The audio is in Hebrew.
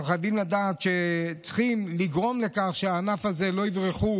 אנחנו צריכים לגרום לכך שמהענף הזה לא יברחו